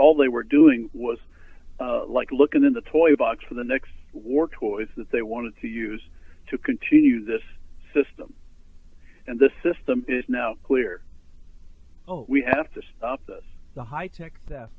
all they were doing was like looking in the toy box for the next war toys that they wanted to use to continue this system and the system is now clear oh we have to stop this the high tech